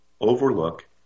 overlook